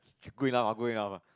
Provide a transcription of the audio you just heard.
good enough lar good enough lar